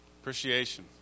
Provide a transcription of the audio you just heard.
Appreciation